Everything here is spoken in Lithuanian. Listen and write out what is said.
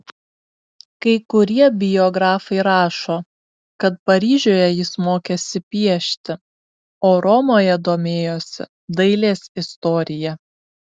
kai kurie biografai rašo kad paryžiuje jis mokėsi piešti o romoje domėjosi dailės istorija